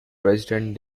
president